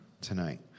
tonight